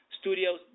Studios